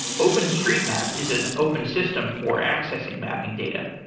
opensteetmap is an open system for accessing mapping data.